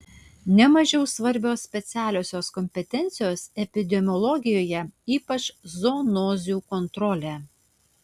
ne mažiau svarbios specialiosios kompetencijos epidemiologijoje ypač zoonozių kontrolė